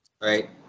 right